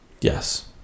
Yes